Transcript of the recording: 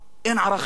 אין ערכים,